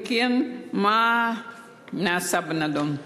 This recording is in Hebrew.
2. אם כן, מה נעשה בנדון?